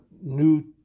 new